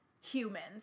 humans